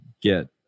get